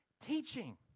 teaching